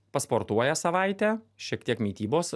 pasportuoja savaitę šiek tiek mitybos